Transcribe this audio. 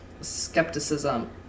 skepticism